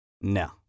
No